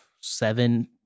seven